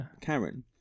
Karen